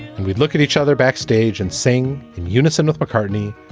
and we'd look at each other backstage and sing in unison with mccartney.